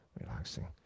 relaxing